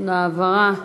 העברה